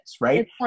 right